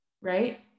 right